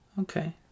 Okay